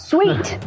Sweet